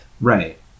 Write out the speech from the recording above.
Right